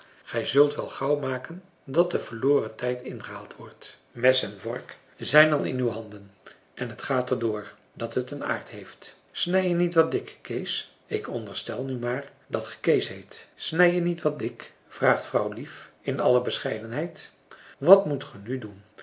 gij zult wel gauw maken dat de verloren tijd ingehaald wordt mes en vork zijn al in uw handen en het gaat er door dat het een aard heeft françois haverschmidt familie en kennissen snijd je niet wat dik kees ik onderstel nu maar dat ge kees heet snijd je niet wat dik vraagt vrouwlief in alle bescheidenheid wat moet ge nu doen